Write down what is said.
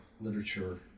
literature